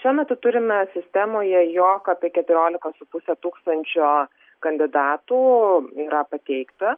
šiuo metu turime sistemoje jog apie keturiolika su puse tūkstančio kandidatų yra pateikta